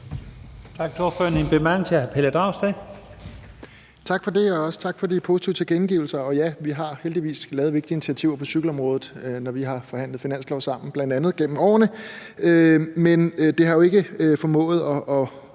Dragsted. Kl. 13:51 Pelle Dragsted (EL): Tak for det, og også tak for de positive tilkendegivelser. Og ja, vi har heldigvis lavet vigtige initiativer på cykelområdet, når vi bl.a. har forhandlet finanslov sammen igennem årene. Men det har jo ikke formået at